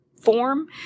form